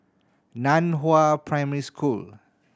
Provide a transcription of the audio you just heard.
Nan Hua Primary School